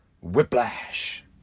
Whiplash